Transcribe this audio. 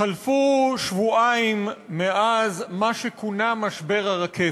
חלפו שבועיים מאז מה שכונה משבר הרכבת.